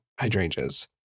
hydrangeas